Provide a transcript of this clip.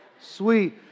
sweet